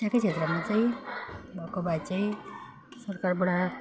त्यहाँकै क्षेत्रमा चाहिँ भएको भए चाहिँ सरकारबाट